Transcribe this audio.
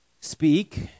speak